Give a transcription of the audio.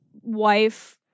wife